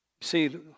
See